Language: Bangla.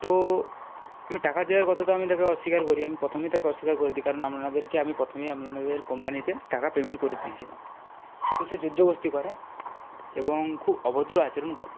তো আমি টাকা দেওয়ার কথা তো আমি তাকে অস্বীকার করি আমি প্রথমেই তাকে অস্বীকার করে দিই কারণ আমনাদেরকে আমি প্রথমেই আমনাদের কোম্পানিতে টাকা পেমেন্ট করে দিয়েছিলাম তো সে জোর জবরদস্তি এবং খুব অভদ্র আচরণ করে